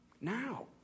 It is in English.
now